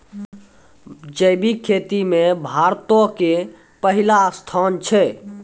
जैविक खेती मे भारतो के पहिला स्थान छै